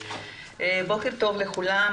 בוקר טוב לכולם,